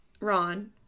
Ron